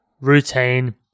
routine